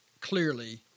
clearly